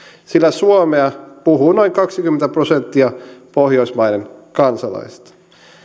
sillä suomea puhuu noin kaksikymmentä prosenttia pohjoismaiden kansalaisista